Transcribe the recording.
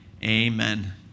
Amen